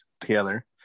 together